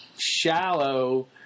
shallow